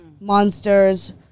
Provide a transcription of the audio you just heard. monsters